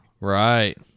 Right